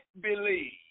believe